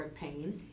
pain